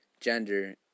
gender